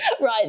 right